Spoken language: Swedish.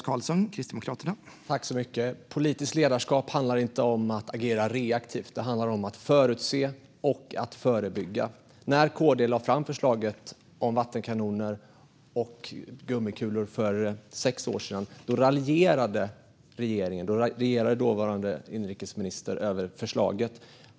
Herr talman! Politiskt ledarskap handlar inte om att agera reaktivt. Det handlar om att förutse och att förebygga. När KD lade fram förslaget om vattenkanoner och gummikulor för sex år sedan raljerade regeringen och dåvarande inrikesministern över förslaget.